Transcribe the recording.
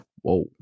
Whoa